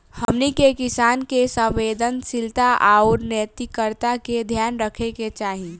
हमनी के किसान के संवेदनशीलता आउर नैतिकता के ध्यान रखे के चाही